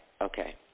okay